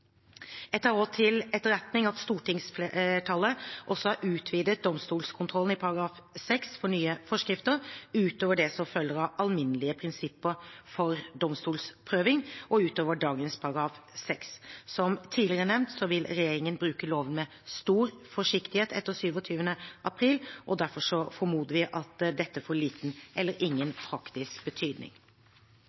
Jeg tar også til etterretning at stortingsflertallet har utvidet domstolskontrollen i § 6 for nye forskrifter, utover det som følger av alminnelige prinsipper for domstolsprøving og utover dagens § 6. Som tidligere nevnt vil regjeringen bruke loven med stor forsiktighet etter 27. april, og derfor formoder vi at dette får liten eller ingen praktisk betydning.